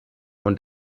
und